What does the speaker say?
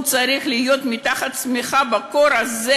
שהוא צריך להיות מתחת לשמיכה בקור הזה,